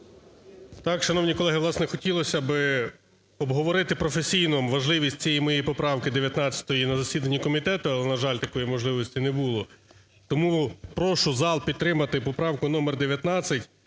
Так, шановні колеги, власне, хотілося би обговорити професійно важливість цієї моєї поправки 19 на засіданні комітету, але, на жаль, такої можливості не було. Тому прошу зал підтримати поправку номер 19,